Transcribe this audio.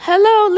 Hello